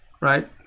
right